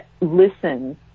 listen